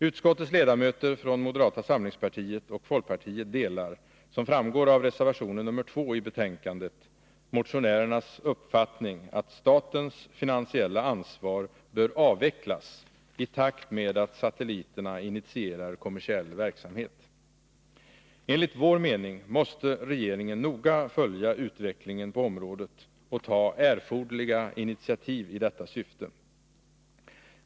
Utskottets ledamöter från moderata samlingspartiet och folkpartiet delar, som framgår av reservationen nr 2 i betänkandet, motionärernas uppfattning att statens finansiella ansvar bör avvecklas i takt med att satelliterna initierar kommersiell verksamhet. Enligt vår mening måste regeringen noga följa utvecklingen på området och ta erforderliga initiativ i detta syfte.